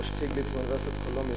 כמו שטיגליץ באוניברסיטת קולומביה,